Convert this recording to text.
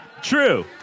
True